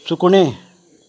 सुकणें